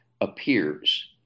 appears